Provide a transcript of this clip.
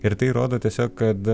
ir tai rodo tiesiog kad